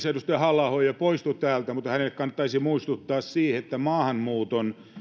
edustaja halla aho jo poistui täältä mutta hänelle kannattaisi muistuttaa siitä että maahanmuuton